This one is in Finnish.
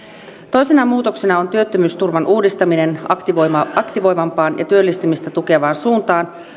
toisena muutoksena on työttömyysturvan uudistaminen aktivoivampaan aktivoivampaan ja työllistymistä tukevaan suuntaan